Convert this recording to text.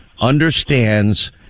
understands